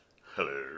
Hello